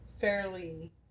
fairly